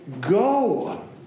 go